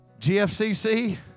GFCC